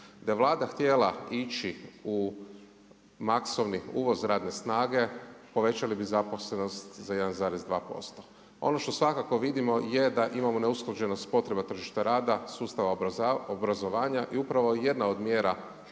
Da je Vlada htjela ići u masovni uvoz radne snage, povećali bi zaposlenost za 1,2%. Ono što svakako vidimo je da imamo neusklađenost potreba tržišta rada, sustava obrazovanja. I upravo jedna od mjera iz